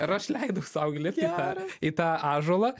ir aš leidau sau įlipti į tą į tą ąžuolą